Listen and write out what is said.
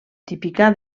típica